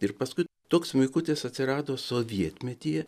ir paskui toks mikutis atsirado sovietmetyje